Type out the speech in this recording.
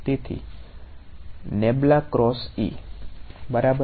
તેથી બરાબર